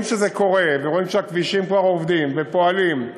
כשרואים שזה קורה ורואים שהכבישים כבר עובדים ופועלים,